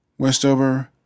Westover